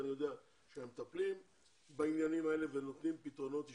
ואני יודע שהם מטפלים בעניינים האלה ונותנים פתרונות אישיים.